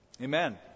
amen